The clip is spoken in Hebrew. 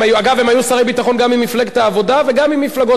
הם היו שרי ביטחון גם ממפלגת העבודה וגם ממפלגות אחרות.